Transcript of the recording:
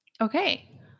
Okay